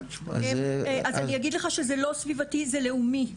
אז אני אגיד לך שזה לא סביבתי, זה לאומי.